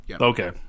okay